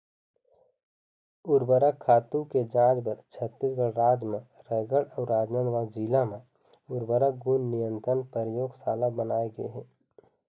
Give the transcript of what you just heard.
उरवरक खातू के जांच बर छत्तीसगढ़ राज म रायगढ़ अउ राजनांदगांव जिला म उर्वरक गुन नियंत्रन परयोगसाला बनाए गे हे